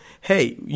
hey